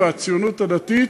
הציונות הדתית